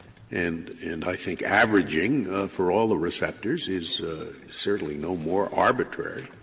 and and i think averaging for all the receptors is certainly no more arbitrary.